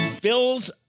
fills